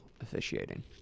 officiating